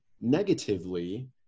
negatively